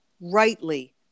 rightly